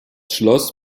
schloss